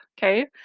okay